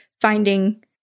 finding